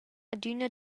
adüna